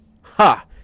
Ha